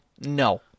no